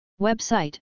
Website